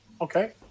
Okay